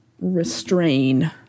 restrain